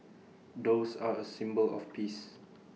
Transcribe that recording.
doves are A symbol of peace